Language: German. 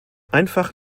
einfach